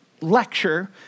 lecture